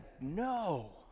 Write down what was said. No